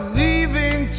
leaving